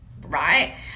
right